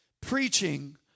preaching